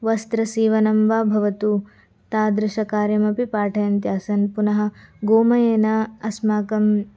वस्त्रसीवनं वा भवतु तादृशकार्यमपि पाठयन्त्यासन् पुनः गोमयेन अस्माकं